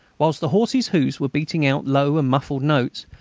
whilst the horses' hoofs were beating out low and muffled notes,